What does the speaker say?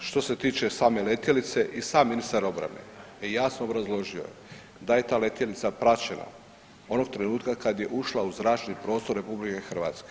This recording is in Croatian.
Što se tiče same letjelice i sam ministar obrane jasno obrazložio je da je ta letjelica praćena onog trenutka kad je ušla u zračni prostor RH.